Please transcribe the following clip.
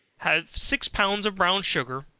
have six pounds of brown sugar,